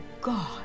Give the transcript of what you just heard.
God